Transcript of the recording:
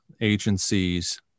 agencies